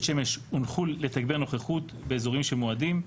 שמש הונחו לתגבר נוכחות באזורים שמועדים.